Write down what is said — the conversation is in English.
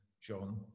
John